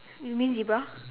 you mean zebra